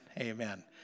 Amen